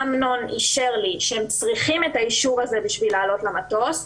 אמנון אישר לי שהם צריכים את האישור הזה בשביל לעלות למטוס,